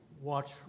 watch